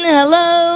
Hello